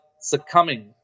succumbing